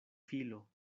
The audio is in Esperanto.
filo